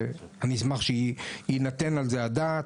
שאני אשמח שתינתן על זה הדעת.